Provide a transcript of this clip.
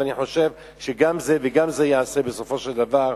ואני חושב שגם זה וגם זה ייעשה בסופו של דבר,